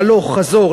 הלוך חזור,